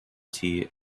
tea